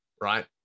right